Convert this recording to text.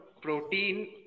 protein